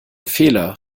fehler